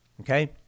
Okay